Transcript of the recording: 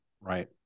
Right